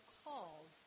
called